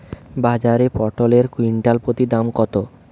বাজারে পটল এর কুইন্টাল প্রতি দাম কত?